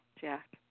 Jack